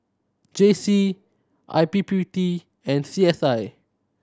J C I P P T and C S I